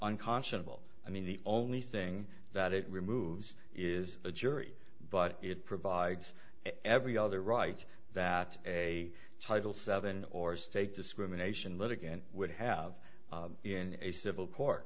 nconscionable i mean the only thing that it removes is a jury but it provides every other right that a title seven or state discrimination but again would have in a civil